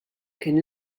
kien